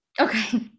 Okay